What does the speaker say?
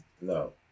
No